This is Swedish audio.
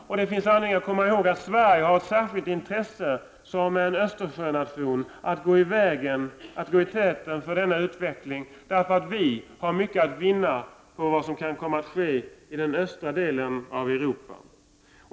Som en av Östersjönationerna har Sverige ett särskilt intresse av att gå i täten för denna utveckling, eftersom vi i Sverige har mycket att vinna på vad som kan komma att ske i den östra delen av Europa.